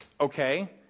Okay